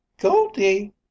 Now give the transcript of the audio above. Goldie